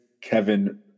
Kevin